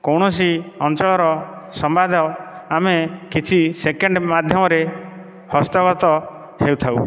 କୌଣସି ଅଞ୍ଚଳର ସମ୍ବାଦ ଆମେ କିଛି ସେକେଣ୍ଡ ମାଧମରେ ହସ୍ତଗତ ହେଉଥାଉ